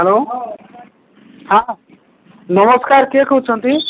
hello ହଁ ନମସ୍କାର କିଏ କହୁଛନ୍ତି